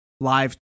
live